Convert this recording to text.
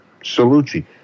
salucci